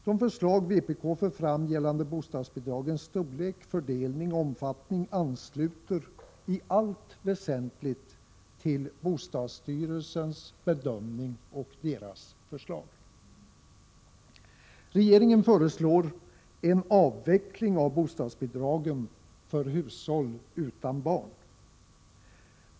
Vpk:s förslag om bostadsbidragens storlek, fördelning och omfattning ansluter sig i allt väsentligt till bostadsstyrelsens bedömning och förslag. Regeringen föreslår en avveckling av bostadsbidragen för hushåll utan barn.